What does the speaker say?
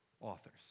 Authors